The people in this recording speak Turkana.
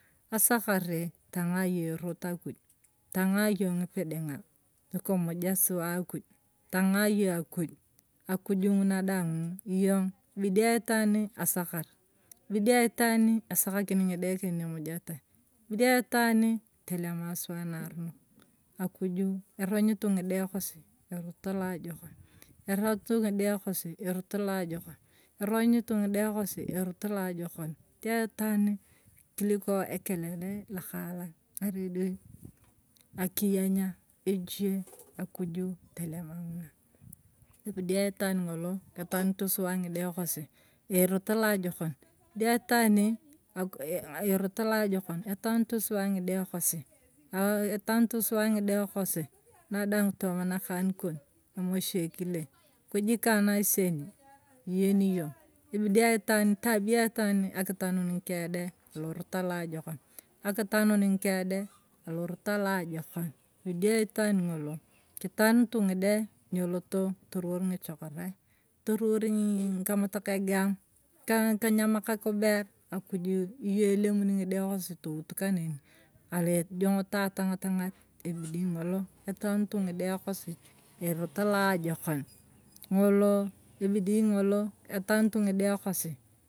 Asakarii tong'aa iyong erot akuj togaa iyong' ngipiding'aa tokimujia suwaa akuji tang'aa iyong akuj, akuj ngunaa dwang'uu iyo ebidii aitwaan asakar ebidii itwaani asakakini ng'idae keng' ni emujetae ebidii aitwaani tolemaa suwa naronok. akujuu erong'utuu ng'idae kosi erot aloajokon erotutu ng'idae kosi erot aloajokon erung'utu ng'idae kosi etor alojokon kitee itwaani kuliko ekelele lokaalan ng'iredioi akiyenya, ejiyee akujuu tolema ebidii aiteaan ng'oloo etanutu suwaa ng'idae kori erot aloajokom kidie aitwaani aku erot aloajokon etwanoto suwa ng'idae kosi etwantu suwaa ng'idae kosi na- dwaang tomaa nakan kon emam achie kilee, akuj kang na seeni iyeeni iyong ebidii aitwaan etabia aitwaani akitanun ng'kee dae erot atwaan ng'oloo kitanutu ng'idae ng'eloto tuuwor ng'ichokorae turiworii ng'ikamatak agaanuu ka ngikanyaka kubeer akujuu iyong ilemuni ng'idae kasii towuutu kanenii ale tojongu to atang'a tangati ebidii ng'oloo atanutu ng'idae kosi erot aloajokon ng'oloo ebidii ng'oloo etanutu ng'idae kosi.